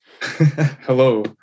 Hello